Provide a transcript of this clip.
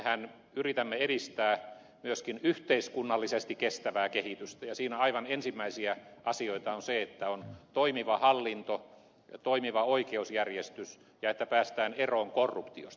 mehän yritämme edistää myöskin yhteiskunnallisesti kestävää kehitystä ja siinä aivan ensimmäisiä asioita on se että on toimiva hallinto toimiva oikeusjärjestys ja että päästään eroon korruptiosta